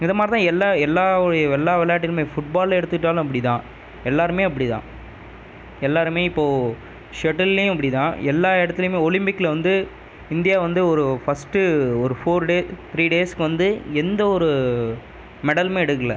இதை மாதிரி தான் எல்லா எல்லா எல்லா விளையாட்டிலியுமே ஃபுட்பால்லை எடுத்துக்கிட்டாலும் அப்படி தான் எல்லாருமே அப்படி தான் எல்லாருமே இப்போ ஷெட்டில்லையும் அப்படி தான் எல்லா இடத்துலையுமே ஒலிம்பிக்யில் வந்து இந்தியா வந்து ஒரு ஃபஸ்ட்டு ஒரு ஃபோர் டே த்ரீ டேஸ்க்கு வந்து எந்த ஒரு மெடலுமே எடுக்கலை